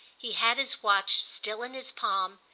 he had his watch still in his palm,